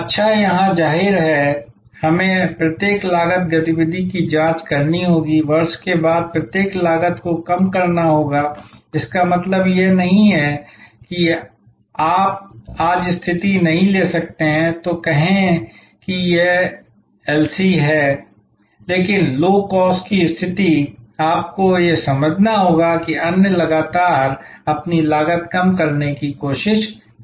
अच्छा यहाँ जाहिर है हमें प्रत्येक लागत गतिविधि की जांच करनी होगी वर्ष के बाद प्रत्येक लागत को कम करना होगा इसका मतलब है यह नहीं है कि आप आज स्थिति नहीं ले सकते हैं तो कहें कि यह एलसी है लेकिन लो कॉस्ट की स्थिति आपको यह समझना होगा कि अन्य लगातार अपनी लागत कम करने की कोशिश कर रहे हैं